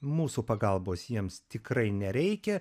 mūsų pagalbos jiems tikrai nereikia